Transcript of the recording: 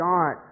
God